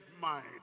mind